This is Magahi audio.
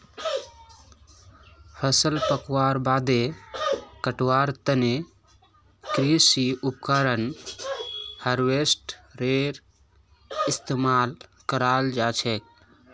फसल पकवार बादे कटवार तने कृषि उपकरण हार्वेस्टरेर इस्तेमाल कराल जाछेक